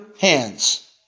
hands